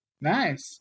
Nice